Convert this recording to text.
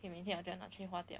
think 明天我就要拿去花掉